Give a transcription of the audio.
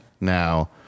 Now